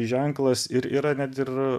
ženklas ir yra net ir